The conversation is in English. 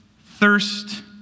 thirst